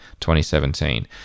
2017